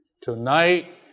Tonight